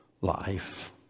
life